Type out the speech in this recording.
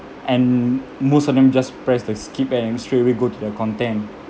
and most of them just press the skip and straight away go to the content